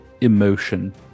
emotion